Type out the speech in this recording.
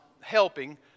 helping